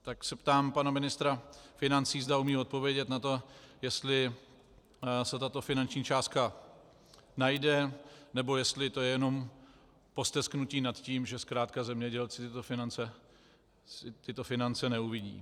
Tak se ptám pana ministra financí, zda umí odpovědět na to, jestli se tato finanční částka najde, nebo jestli je to jenom postesknutí nad tím, že zkrátka zemědělci tyto finance neuvidí.